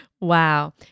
Wow